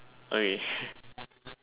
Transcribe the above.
okay